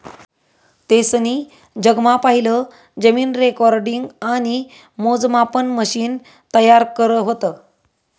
तेसनी जगमा पहिलं जमीन रेकॉर्डिंग आणि मोजमापन मशिन तयार करं व्हतं